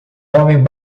homem